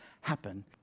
happen